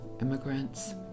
immigrants